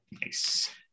nice